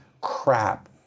crap